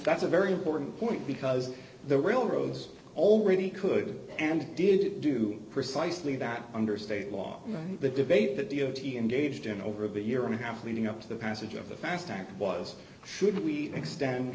that's a very important point because the railroads already could and did do precisely that under state law the debate that d o t engaged in over a year and a half leading up to the passage of the fast act was should we extend